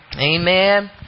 Amen